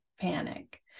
panic